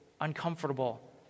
uncomfortable